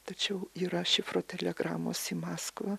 tačiau yra šifro telegramos į maskvą